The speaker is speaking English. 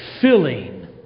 filling